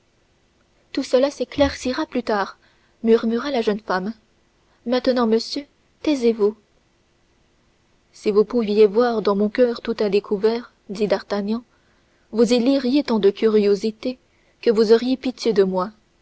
tout cela s'éclaircira plus tard murmura la jeune femme maintenant monsieur taisez-vous si vous pouviez voir mon coeur tout à découvert dit d'artagnan vous y liriez tant de curiosité que vous auriez pitié de moi